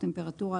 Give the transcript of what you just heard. טמפרטורה,